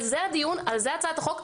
על זה הדיון ועל זה הצעת החוק.